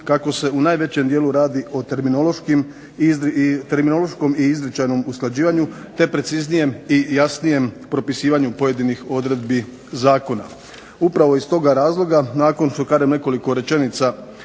kako se u najvećem dijelu radi o terminološkom i izričajnoj usklađivanju, te preciznijem i jasnijem propisivanju pojedinih odredbi zakona. Upravo iz tog razloga nakon što kažem nekoliko rečenica